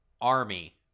Army